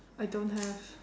I don't have